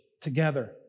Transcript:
together